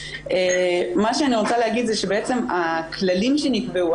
מה שאני רוצה להגיד זה שבעצם הכללים שנקבעו,